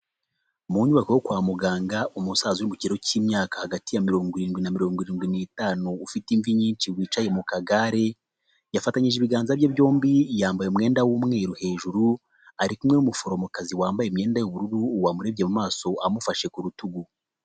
Mu nyubako yo kwa muganga umusaza wo mu kigeroro cy'imyaka hagati ya mirongo irindwi na mirongo irindwi n'itanu, ufite imvi nyinshi wicaye mu kagare. Yafatanyije ibiganza bye byombi, yambaye umwenda w'umweru hejuru ari kumwe n'umuforomokazi wambaye imyenda y'ubururu wamurebye mu maso amufashe ku rutugu.